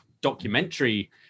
documentary